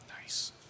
nice